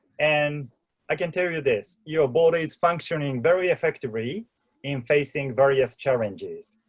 and i can tell you this, your board is functioning very effectively in facing various challenges.